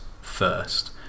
first